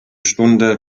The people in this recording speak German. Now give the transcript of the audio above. stunde